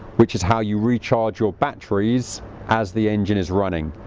which is how you recharge your batteries as the engine is running.